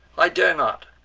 i dare not,